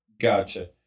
Gotcha